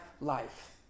life